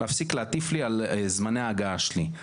להפסיק להטיף לי על זמני ההגעה שלי,